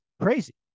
crazy